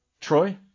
Troy